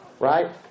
Right